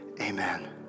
amen